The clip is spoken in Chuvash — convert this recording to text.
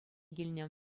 килнӗ